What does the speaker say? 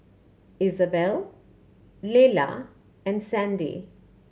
Isabell Lelah and Sandy